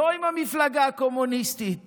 לא עם המפלגה הקומוניסטית